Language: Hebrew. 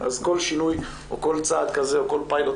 אז כל שינוי או כל צעד כזה או כל פיילוט